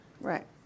Right